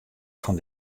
fan